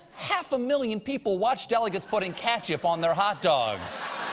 half a million people watched delegates putting ketchup on their hot dogs.